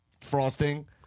frosting